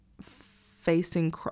facing